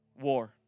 war